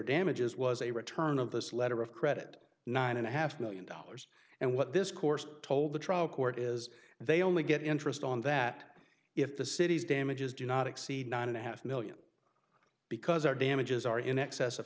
damages was a return of this letter of credit nine and a half million dollars and what this course told the trial court is they only get interest on that if the city's damages do not exceed nine and a half million because our damages are in excess of